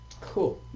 Cool